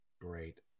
Great